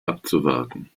abzuwarten